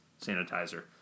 sanitizer